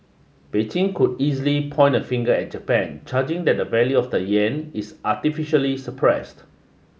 Beijing could easily point a finger at Japan charging that the value of the yen is artificially suppressed